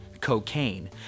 cocaine